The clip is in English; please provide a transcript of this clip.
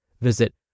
Visit